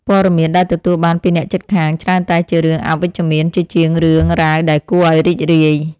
ព័ត៌មានដែលទទួលបានពីអ្នកជិតខាងច្រើនតែជារឿងអវិជ្ជមានជាជាងរឿងរ៉ាវដែលគួរឱ្យរីករាយ។